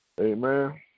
Amen